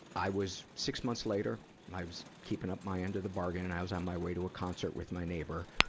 i was, six months later, i was keeping up my end of the bargain, and i was on my way to a concert with my neighbor.